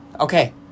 Okay